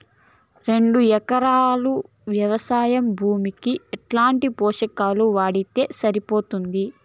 రెండు ఎకరాలు వ్వవసాయ భూమికి ఎట్లాంటి పోషకాలు వాడితే సరిపోతుంది?